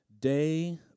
Day